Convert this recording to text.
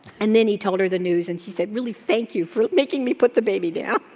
and then he told her the news and she said really thank you for making me put the baby down.